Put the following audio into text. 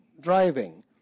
driving